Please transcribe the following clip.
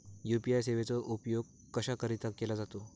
UPI सेवेचा उपयोग कशाकरीता केला जातो?